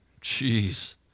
Jeez